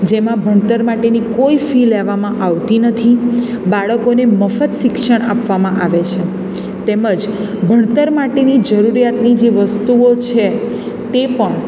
જેમાં ભણતર માટેની કોઈ ફી લેવામાં આવતી નથી બાળકોને મફત શિક્ષણ આપવામાં આવે છે તેમજ ભણતર માટેની જરૂરીયાતની જે વસ્તુઓ છે તે પણ